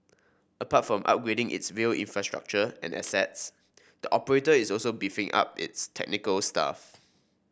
apart from upgrading its rail infrastructure and assets the operator is also beefing up its technical staff